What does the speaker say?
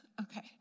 okay